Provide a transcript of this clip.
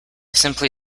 simply